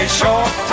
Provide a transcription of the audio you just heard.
short